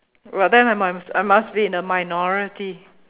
right then I must I must be in the minority